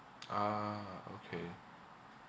ah okay